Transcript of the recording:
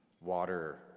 water